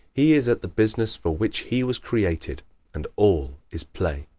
he is at the business for which he was created and all is play.